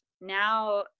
Now